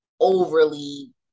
overly